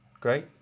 Great